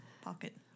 pocket